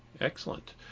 Excellent